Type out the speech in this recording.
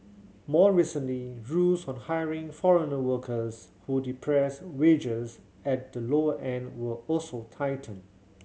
more recently rules on hiring foreign workers who depress wages at the lower end were also tightened